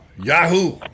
yahoo